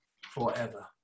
forever